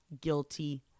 guilty